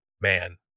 Man